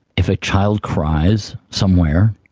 if a child cries somewhere,